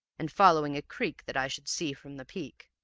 and following a creek that i should see from the peak.